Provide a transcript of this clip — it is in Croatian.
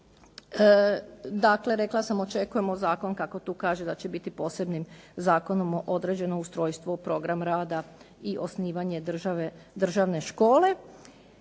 Dakle, rekla sam, očekujemo zakon kako tu kaže da će biti posebnim zakonom određeno ustrojstvo, program rada i osnivanje državne škole.